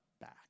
back